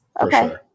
Okay